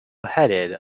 headed